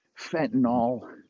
fentanyl